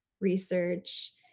research